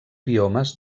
biomes